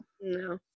No